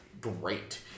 Great